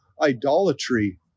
idolatry